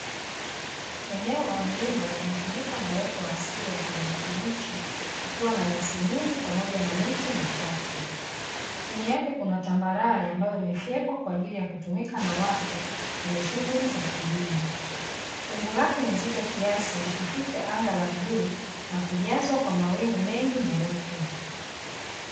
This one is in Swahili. Eneo la mlima limefunikwa na uoto wa asili wa kijani kibichi kukiwa na nyasi nyingi pamoja na miti michache. Chini yake kuna tambarare ambayo imefyekwa kwa ajili ya kutumia na watu kwenye shughuli za kilimo. Wingu lake ni zito kiasi likificha anga la bluu na kujazwa kwa mawingu mengi meupe.